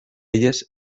elles